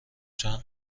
چند